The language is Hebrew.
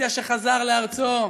זה שחזר לארצו,